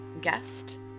guest